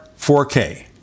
4K